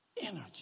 Energy